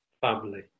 family